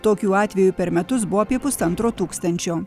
tokių atvejų per metus buvo apie pusantro tūkstančio